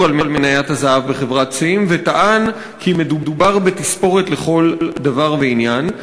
על מניית הזהב בחברת "צים" וטען כי מדובר בתספורת לכל דבר ועניין.